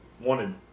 wanted